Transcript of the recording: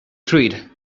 treat